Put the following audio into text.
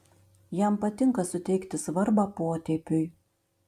jam patinka suteikti svarbą potėpiui